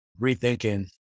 rethinking